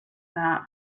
that